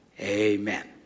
amen